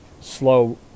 slow